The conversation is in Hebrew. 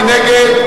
מי נגד?